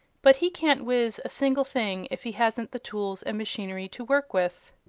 but he can't wiz a single thing if he hasn't the tools and machinery to work with.